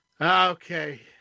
Okay